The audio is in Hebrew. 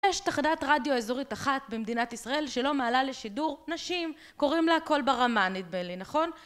יש תחנת רדיו אזורית אחת במדינת ישראל שלא מעלה לשידור נשים. קוראים לה "קול ברמה" נדמה לי, נכון?